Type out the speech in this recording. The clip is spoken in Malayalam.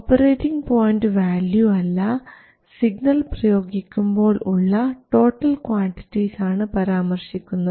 ഓപ്പറേറ്റിംഗ് പോയിൻറ് വാല്യൂ അല്ല സിഗ്നൽ പ്രയോഗിക്കുമ്പോൾ ഉള്ള ടോട്ടൽ ക്വാണ്ടിറ്റിസ് ആണ് പരാമർശിക്കുന്നത്